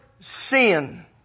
sin